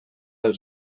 els